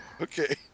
Okay